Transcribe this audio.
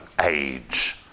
Age